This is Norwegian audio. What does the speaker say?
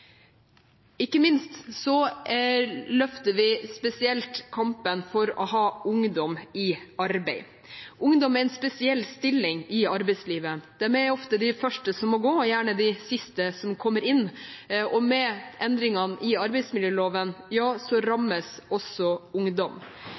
ikke minst løfter vi spesielt kampen for ungdom i arbeid. Ungdom har en spesiell stilling i arbeidslivet. De er ofte de første som må gå, og gjerne de siste som kommer inn. Ja, endringene i arbeidsmiljøloven rammer også ungdom.